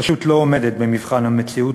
פשוט לא עומדת במבחן המציאות,